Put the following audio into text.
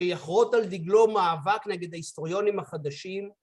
ויכרות על דגלו מאבק נגד ההיסטוריונים החדשים.